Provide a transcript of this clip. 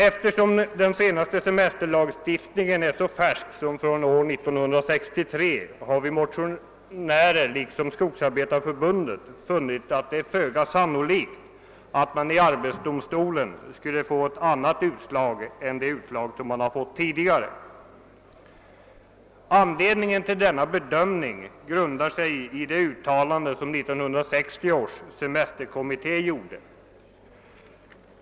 Eftersom den senaste semesterlagstiftningen är så färsk som från år 1963, har vi motionärer liksom Skogsarbetareförbundet funnit det föga sannolikt att man i arbetsdomstolen skul le få ett annat utslag än det man fått tidigare. Anledningen till denna bedömning grundar sig på det uttalande som 1960 års semesterkommitté gjorde.